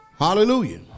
hallelujah